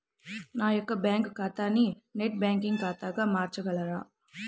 నా యొక్క బ్యాంకు ఖాతాని నెట్ బ్యాంకింగ్ ఖాతాగా మార్చగలరా?